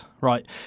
Right